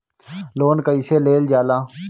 Loan कईसे लेल जाला?